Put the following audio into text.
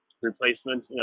replacement